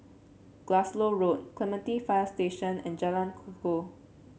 Glasgow Road Clementi Fire Station and Jalan Kukoh